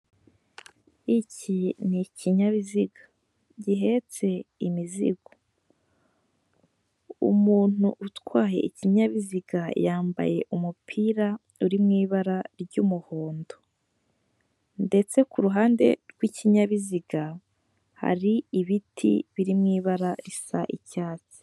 Iki ni ikinyabiziga gihetse imizigo umuntu utwaye ikinyabiziga yambaye umupira uri mu ibara ry'umuhondo ndetse ku ruhande rw'ikinyabiziga hari ibiti biri mu ibara risa icyatsi.